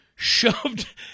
shoved